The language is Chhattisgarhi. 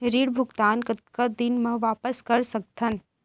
ऋण भुगतान कतका दिन म वापस कर सकथन?